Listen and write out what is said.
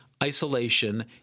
Isolation